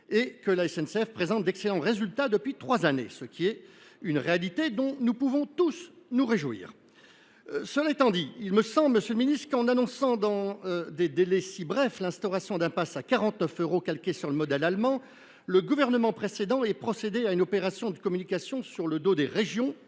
et que la SNCF présente d’excellents résultats depuis trois années, ce dont nous pouvons tous nous réjouir. Pour autant, il me semble que, en annonçant dans des délais si brefs l’instauration d’un pass à 49 euros calqué sur le modèle allemand, le gouvernement précédent a réalisé une opération de communication sur le dos des régions